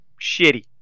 shitty